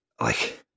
like-